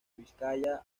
vizcaya